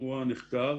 נחקר